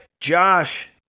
Josh